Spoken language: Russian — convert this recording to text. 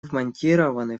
вмонтированы